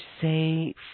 say